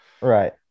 Right